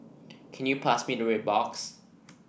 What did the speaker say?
can you pass me the red box